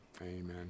Amen